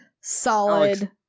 solid